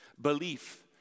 Belief